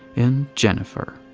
in jennifer.